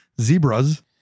zebras